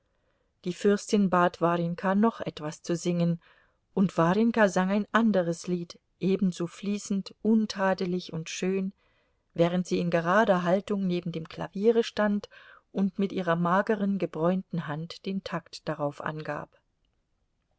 die fürstin bat warjenka noch etwas zu singen und warjenka sang ein anderes lied ebenso fließend untadelig und schön während sie in gerader haltung neben dem klaviere stand und mit ihrer mageren gebräunten hand den takt darauf angab